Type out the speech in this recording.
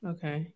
Okay